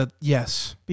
Yes